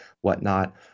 whatnot